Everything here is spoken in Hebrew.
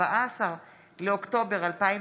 14 באוקטובר 2020,